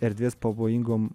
erdvės pavojingom